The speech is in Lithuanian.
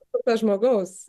kurtą žmogaus